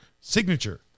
signature